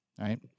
right